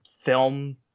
film